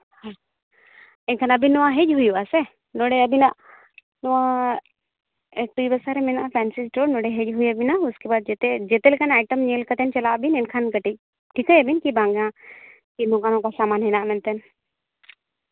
ᱮᱱᱠᱷᱟᱱ ᱟᱹᱵᱤᱱ ᱱᱚᱣᱟ ᱦᱮᱡ ᱦᱩᱭᱩᱜ ᱟᱥᱮ ᱱᱚᱰᱮ ᱟᱹᱵᱤᱱᱟᱜ ᱯᱷᱮᱱᱥᱤ ᱥᱴᱳᱨ ᱱᱚᱰᱮ ᱦᱮᱡ ᱦᱩᱭ ᱟᱵᱮᱱᱟ ᱩᱥᱠᱮ ᱵᱟᱫ ᱡᱮᱛᱮ ᱡᱮᱛᱮ ᱞᱮᱠᱟᱱᱟᱜ ᱟᱭᱴᱮᱢ ᱧᱮᱞ ᱠᱟᱛᱮ ᱪᱟᱞᱟᱜ ᱟᱹᱵᱤᱱ ᱮᱱᱠᱷᱟᱱ ᱠᱟᱹᱴᱤᱡ ᱴᱷᱤᱠᱟᱹᱭ ᱟᱹᱵᱤᱱ ᱠᱤ ᱵᱟᱝᱼᱟ ᱡᱮ ᱱᱚᱝᱠᱟ ᱱᱚᱝᱠᱟ ᱥᱟᱢᱟᱱ ᱢᱮᱱᱟᱜᱼᱟ ᱢᱮᱱᱛᱮ